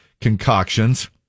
concoctions